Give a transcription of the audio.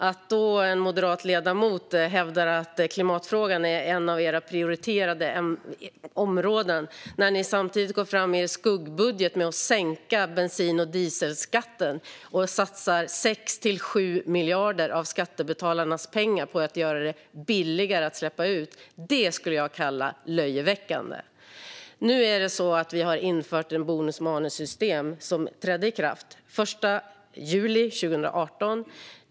Att en moderat ledamot hävdar att klimatfrågan är ett av partiets prioriterade områden när ni samtidigt i er skuggbudget går fram med att sänka bensin och dieselskatten och satsa 6-7 miljarder av skattebetalarnas pengar på att göra det billigare att släppa ut skulle jag kalla för löjeväckande. Vi har infört ett bonus-malus-system som trädde i kraft den 1 juli 2018.